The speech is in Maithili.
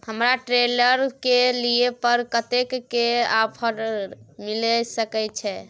हमरा ट्रेलर के लिए पर कतेक के ऑफर मिलय सके छै?